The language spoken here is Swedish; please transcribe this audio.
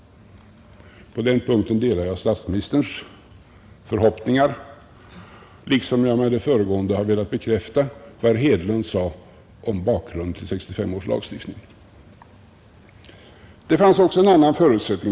På den punkten delar jag statsministerns förhoppningar, liksom jag med det föregående har velat bekräfta vad herr Hedlund sade om bakgrunden till 1965 års lagstiftning. Det fanns emellertid också en annan förutsättning.